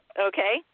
Okay